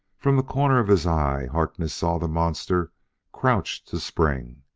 from the corner of his eye, harkness saw the monster crouched to spring.